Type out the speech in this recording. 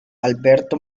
alberto